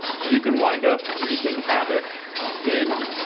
you can wind up wreaking havoc in